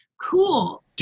Cool